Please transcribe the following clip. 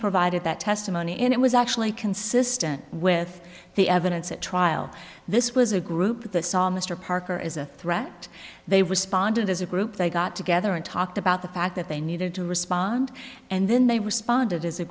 provided that testimony and it was actually consistent with the evidence at trial this was a group that saw mr parker is a threat they responded as a group they got together and talked about the fact that they needed to respond and then they responded as a